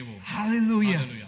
Hallelujah